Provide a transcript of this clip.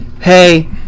Hey